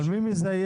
אבל מי מזייף?